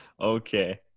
okay